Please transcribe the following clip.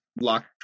locked